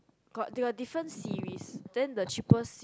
got they got different series then the cheapest